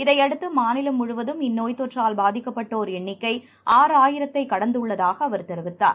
இதையடுத்து மாநிலம் முழுவதும் இந்நோய்த்தொற்றால் பாதிக்கப்பட்டோர் எண்ணிக்கை ஆறாயிரத்தை கடந்துள்ளதாக அவர் தெரிவித்தார்